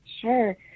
Sure